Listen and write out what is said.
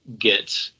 get